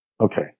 Okay